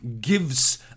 gives